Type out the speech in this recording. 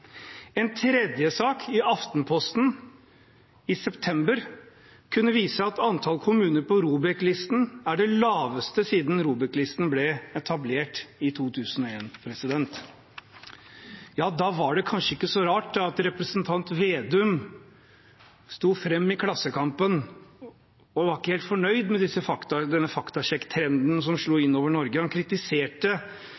En tredje sak, i Aftenposten i september, kunne vise at antall kommuner på ROBEK-listen er det laveste siden ROBEK-listen ble etablert i 2001. Da var det kanskje ikke så rart at representanten Slagsvold Vedum sto fram i Klassekampen og ikke var helt fornøyd med denne faktasjekktrenden som slo